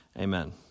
amen